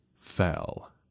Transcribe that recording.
fell